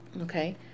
okay